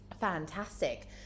fantastic